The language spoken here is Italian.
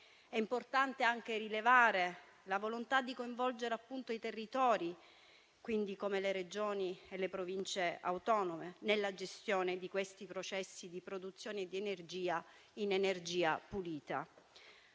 È importante anche rilevare la volontà di coinvolgere i territori, come le Regioni e le Province autonome, nella gestione di questi processi di produzione di energia in energia pulita.